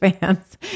fans